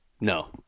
no